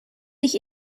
sich